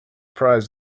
prize